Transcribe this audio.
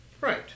right